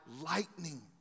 lightning